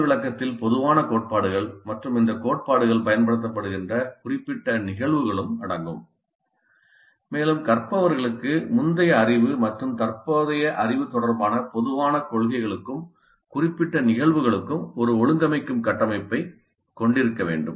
செயல் விளக்கத்தில் பொதுவான கோட்பாடுகள் மற்றும் இந்த கோட்பாடுகள் பயன்படுத்தப்படுகின்ற குறிப்பிட்ட நிகழ்வுகளும் அடங்கும் மேலும் கற்பவர்களுக்கு முந்தைய அறிவு மற்றும் தற்போதைய அறிவு தொடர்பான பொதுவான கொள்கைகளுக்கும் குறிப்பிட்ட நிகழ்வுகளுக்கும் ஒரு ஒழுங்கமைக்கும் கட்டமைப்பைக் கொண்டிருக்க வேண்டும்